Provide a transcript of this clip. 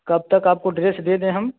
कब तक आपको ड्रेस दे दें हम